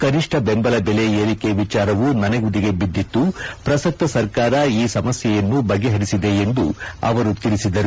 ಕನಿಷ್ಠ ಬೆಂಬಲ ಬೆಲೆ ಏರಿಕೆ ವಿಚಾರವೂ ನೆನೆಗುದಿಗೆ ಬಿದ್ದಿತು ಪ್ರಸಕ್ತ ಸರ್ಕಾರ ಈ ಸಮಸ್ಯೆಯನ್ನು ಬಗೆಹರಿಸಿದೆ ಎಂದು ಅವರು ಹೇಳಿದರು